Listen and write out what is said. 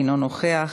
אינו נוכח.